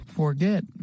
forget